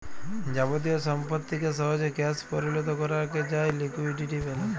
যাবতীয় সম্পত্তিকে সহজে ক্যাশ পরিলত করাক যায় লিকুইডিটি ব্যলে